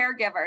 caregivers